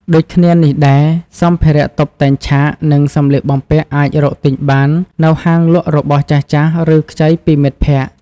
ដូចគ្នានេះដែរ សម្ភារតុបតែងឆាក និងសម្លៀកបំពាក់អាចរកទិញបាននៅហាងលក់របស់ចាស់ៗ ឬខ្ចីពីមិត្តភក្តិ។